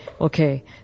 okay